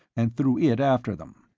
and threw it after them.